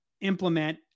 implement